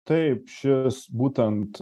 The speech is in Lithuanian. taip šis būtent